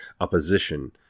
opposition